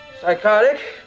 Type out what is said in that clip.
Psychotic